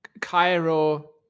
Cairo